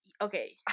Okay